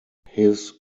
his